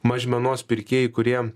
mažmenos pirkėjai kurie